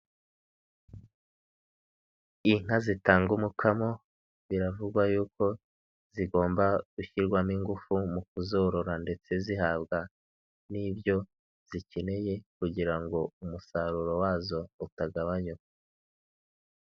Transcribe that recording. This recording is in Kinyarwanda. Inka zitanga umukamo biravugwa yuko zigomba gushyirwamo ingufu mu kuzorora ndetse zihabwa n'ibyo zikeneye kugira ngo umusaruro wazo utagabanyuka.